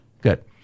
Good